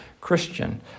Christian